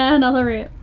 ah another rip